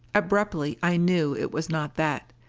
abruptly i knew it was not that.